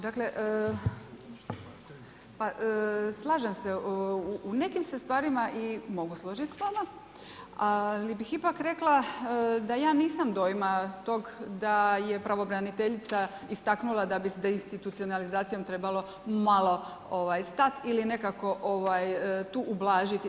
Dakle, slažem se, u nekim se stvarima i mogu složiti s vama, ali bih ipak rekla da ja nisam dojma tog da je pravobraniteljica istaknula da bi deinstitucionalizacijom trebalo malo stati ili nekako tu ublažiti.